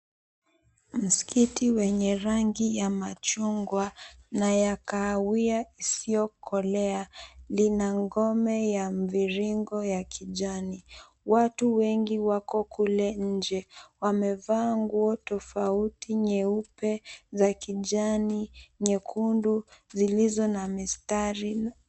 Mskiti wenye rangi ya machungwa na ya kahawia isiyokolea linangome ya mviringo ya kijani. Watu wengi wako kulenje wamevaa nguo tofauti nyeupe, za kijani, nyekundu, zilizonamistari.